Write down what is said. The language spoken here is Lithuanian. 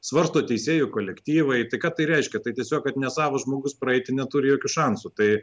svarsto teisėjų kolektyvai tai ką tai reiškia tai tiesiog kad nesavas žmogus praeiti neturi jokių šansų tai